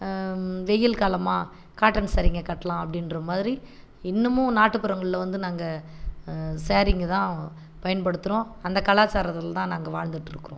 வெயில் காலமாக காட்டன் சேரீங்க கட்டலாம் அப்படின்ற மாதிரி இன்னுமும் நாட்டுப்புறங்களில் வந்து நாங்கள் சேரீங்க தான் பயன்படுத்துகிறோம் அந்த கலாச்சாரத்தில் தான் நாங்கள் வாழ்ந்துட்ருக்கிறோம்